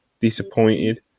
disappointed